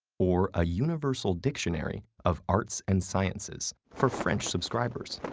or a universal dictionary of arts and sciences for french subscribers.